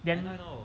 then